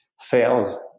Fails